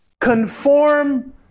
conform